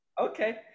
okay